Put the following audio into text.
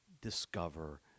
Discover